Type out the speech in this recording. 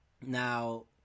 Now